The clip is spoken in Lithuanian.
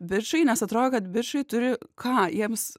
bičai nes atrodo kad bičai turi ką jiems